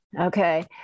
okay